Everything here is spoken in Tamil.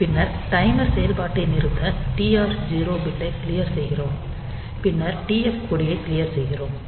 பின்னர் டைமர் செயல்பாட்டை நிறுத்த TR0 பிட்டை க்ளியர் செய்கிறோம் பின்னர் TF கொடியை க்ளியர் செய்கிறோம்